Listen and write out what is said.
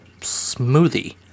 smoothie